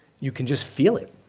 you can just feel it.